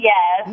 Yes